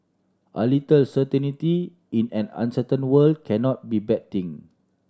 a little certainty in an uncertain world cannot be bad thing